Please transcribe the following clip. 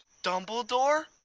dumbledore?